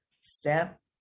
step